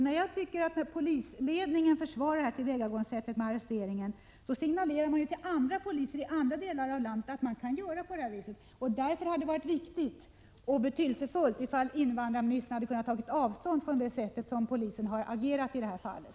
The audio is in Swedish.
När polisledningen försvarar detta tillvägagångssätt — arresteringen — signalerar man ju till poliser i andra delar av landet att det går att göra på det här viset. Det hade därför varit viktigt och betydelsefullt om invandrarministern hade kunnat ta avstånd från det sätt på vilket polisen har agerat i det här fallet.